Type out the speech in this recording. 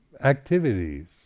activities